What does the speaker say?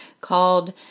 called